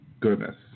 goodness